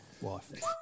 wife